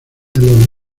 los